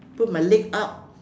put my leg up